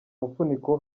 mufuniko